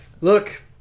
Look